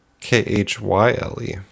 K-H-Y-L-E